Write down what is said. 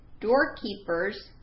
doorkeepers